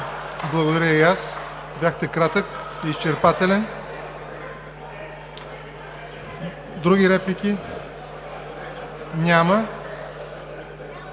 Благодаря и аз – бяхте кратък и изчерпателен. Други реплики? Няма.